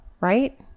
right